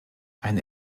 eine